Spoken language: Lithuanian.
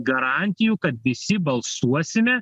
garantijų kad visi balsuosime